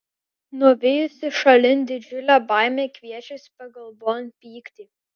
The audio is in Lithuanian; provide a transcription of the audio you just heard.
nuvijusi šalin didžiulę baimę kviečiasi pagalbon pyktį